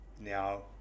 Now